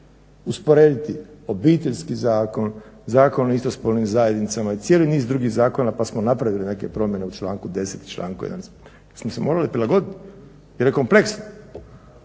usporediti Obiteljski zakon, Zakon o isto spolnim zajednicama i cijeli niz drugih zakona pa smo napravili neke promjene u članku 10. i članku 11. Jer smo se morali prilagoditi jer je kompleks.